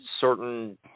certain